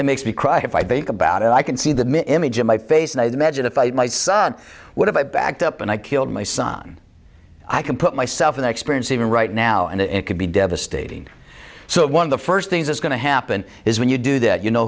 it makes me cry if i think about it i can see the image in my face and imagine if i had my son what if i backed up and i killed my son i can put myself in the experience even right now and it could be devastating so one of the first things that's going to happen is when you do that you know